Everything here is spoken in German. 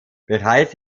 bereits